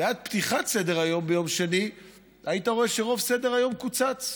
ועד פתיחת סדר-היום ביום שני היית רואה שרוב סדר-היום קוצץ,